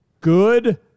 good